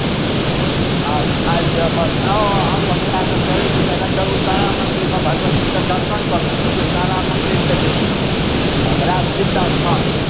अहाँ बस आबि जाउ आउ अहाँकेँ हम लऽ कऽ चलै छी पहिने उग्रतारामे भगवतीके दर्शन करू तारा मन्दिर छथिन आ बड़ा सिद्ध स्थान छै